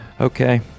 Okay